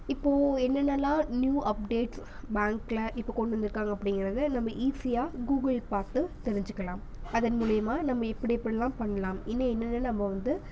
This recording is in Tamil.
இப்போது என்னென்னல்லாம் நியூ அப்டேட்ஸ் பேங்கில் இப்போது கொண்டு வந்திருக்காங்க அப்படிங்கிறத நம்ம ஈஸியாக கூகுள் பார்த்து தெரிஞ்சுக்கிலாம் அதன் மூலயுமா நம்ம இப்படி இப்படிலாம் பண்ணலாம் இன்னும் என்னென்ன நம்ம வந்து